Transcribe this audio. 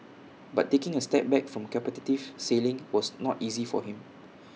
but taking A step back from competitive sailing was not easy for him